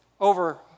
over